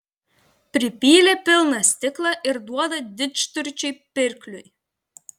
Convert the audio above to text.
pripylė pilną stiklą ir duoda didžturčiui pirkliui